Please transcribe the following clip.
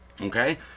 okay